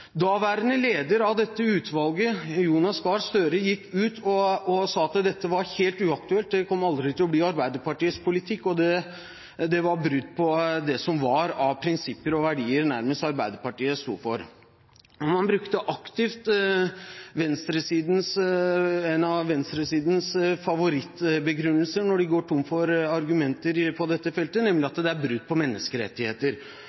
Daværende leder av dette utvalget, Jonas Gahr Støre, gikk ut og sa at dette var helt uaktuelt, det kom aldri til å bli Arbeiderpartiets politikk, og det var brudd på nærmest det som var av prinsipper og verdier som Arbeiderpartiet sto for. Man brukte aktivt en av venstresidens favorittbegrunnelser når den går tom for argumenter på dette feltet, nemlig at det er brudd på menneskerettigheter.